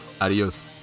Adios